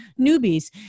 newbies